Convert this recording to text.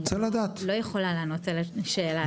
אני לא יכולה לענות על השאלה הזו.